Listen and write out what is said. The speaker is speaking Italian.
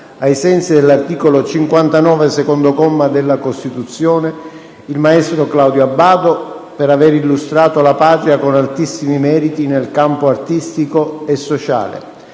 ai sensi dell'articolo 59, secondo comma, della Costituzione, il maestro Claudio Abbado, per aver illustrato la Patria con altissimi meriti nel campo artistico e sociale,